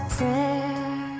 prayer